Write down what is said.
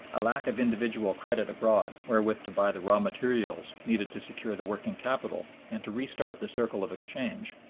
a lack of individual credit abroad wherewith to buy the raw materials needed to secure the working capital and to re-start the circle of exchange,